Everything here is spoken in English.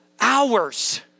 hours